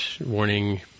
Warning